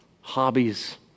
hobbies